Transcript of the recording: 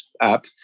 app